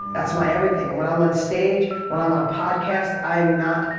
that's my everything. and when i'm on stage, when i'm on a podcast, i'm not,